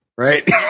Right